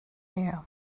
air